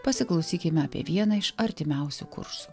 pasiklausykime apie vieną iš artimiausių kursų